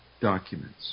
documents